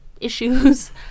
issues